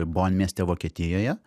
bon mieste vokietijoje